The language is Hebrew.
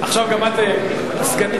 שר האוצר, עכשיו סגנך